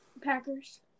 Packers